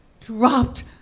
dropped